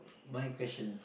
my question